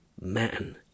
Man